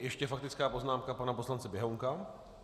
Ještě faktická poznámka pana poslance Běhounka.